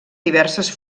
diverses